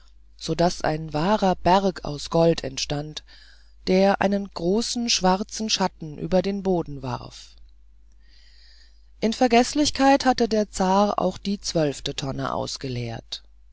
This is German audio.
so daß ein wahrer berg aus gold entstand der einen großen schwarzen schatten über den boden warf in vergeßlichkeit hatte der zar auch die zwölfte tonne ausgeleert